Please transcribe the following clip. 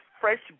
fresh